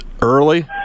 early